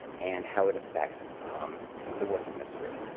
and how it affects the work in this group.